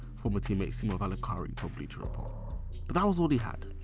former team-mate simo valakari told bleacher report. but that was all he had.